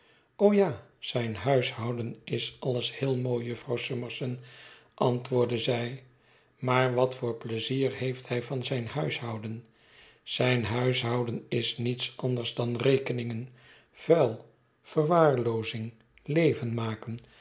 ja zijn huishouden is alles heel mooi jufvrouw summerson antwoordde zij maar wat voor pleizier heeft hij van zijn huishouden zijn huishouden is niets anders dan rekeningen vuil verwaarloozing levenmaken van